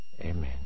Amen